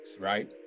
right